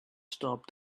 stop